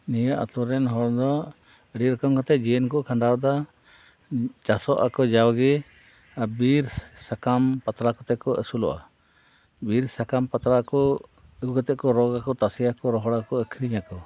ᱱᱤᱭᱟᱹ ᱟᱛᱩ ᱨᱮᱱ ᱦᱚᱲ ᱫᱚ ᱟᱹᱰᱤ ᱨᱚᱠᱚᱢ ᱠᱟᱛᱮ ᱡᱤᱭᱚᱱ ᱠᱚ ᱠᱷᱟᱸᱰᱟᱣ ᱮᱫᱟ ᱪᱟᱥ ᱟᱠᱚ ᱡᱟᱣᱜᱮ ᱟᱨ ᱵᱤᱨ ᱥᱟᱠᱟᱢ ᱯᱟᱛᱲᱟ ᱠᱚᱛᱮ ᱠᱚ ᱟᱹᱥᱩᱞᱚᱜᱼᱟ ᱵᱤᱨ ᱥᱟᱠᱟᱢ ᱯᱟᱛᱲᱟ ᱠᱚ ᱟᱹᱜᱩ ᱠᱟᱛᱮ ᱠᱚ ᱨᱚᱜᱟ ᱛᱟᱥᱮᱭᱟᱠᱚ ᱨᱚᱜᱟᱠᱚ ᱟᱹᱠᱷᱟᱨᱤᱧ ᱟᱠᱚ